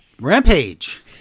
Rampage